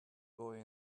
boy